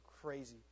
crazy